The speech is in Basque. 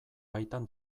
baitan